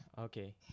okay